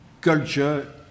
Culture